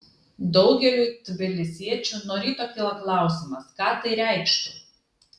daugeliui tbilisiečių nuo ryto kyla klausimas ką tai reikštų